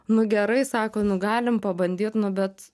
nu gerai sako nu galim pabandyt nu bet